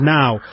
now